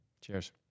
Cheers